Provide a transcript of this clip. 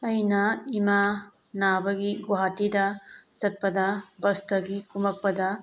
ꯑꯩꯅ ꯏꯃꯥ ꯅꯥꯕꯒꯤ ꯒꯨꯍꯥꯇꯤꯗ ꯆꯠꯄꯗ ꯕꯁꯇꯒꯤ ꯀꯨꯝꯃꯛꯄꯗ